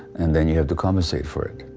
and then you have to compensate for it,